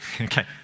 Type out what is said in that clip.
Okay